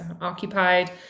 occupied